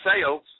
sales